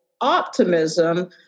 optimism